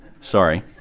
sorry